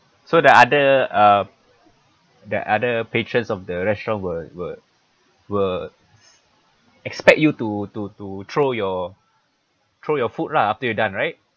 so the other uh the other patrons of the restaurant were were were expect you to to to throw your throw your food lah after you're done right